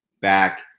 back